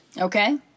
okay